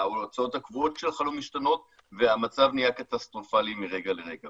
ההוצאות הקבועות שלך לא משתנות והמצב נהיה קטסטרופלי מרגע לרגע.